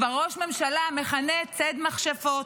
ראש הממשלה כבר מכנה "ציד מכשפות",